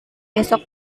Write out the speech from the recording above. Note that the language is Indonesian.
besok